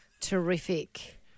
Terrific